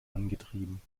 angetrieben